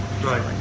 Right